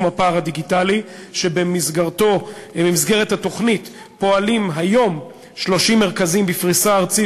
הפער הדיגיטלי תוכנית שבמסגרתה פועלים היום 30 מרכזים בפריסה ארצית,